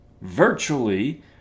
virtually